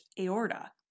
aorta